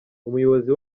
umuyobozi